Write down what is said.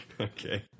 Okay